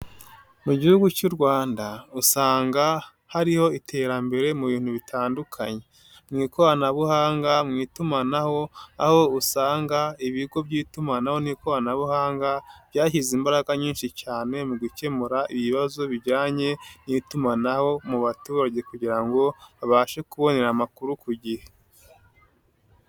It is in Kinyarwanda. Mu gihugu cy'u Rwanda usanga hariho iterambere mu bintu bitandukanye, mu ikoranabuhanga, mu itumanaho aho usanga ibigo by'itumanaho n'ikoranabuhanga byashyize imbaraga nyinshi cyane mu gukemura ibibazo bijyanye n'itumanaho mu baturage kugira ngo babashe kubonera amakuru ku gihe.